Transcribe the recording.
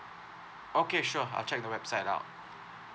okay sure I'll check the website out